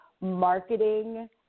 marketing